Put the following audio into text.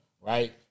Right